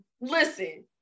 Listen